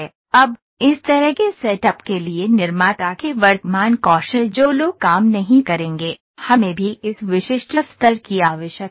अब इस तरह के सेटअप के लिए निर्माता के वर्तमान कौशल जो लोग काम नहीं करेंगे हमें भी इस विशिष्ट स्तर की आवश्यकता होगी